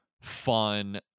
fun